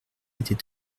était